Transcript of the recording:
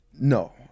No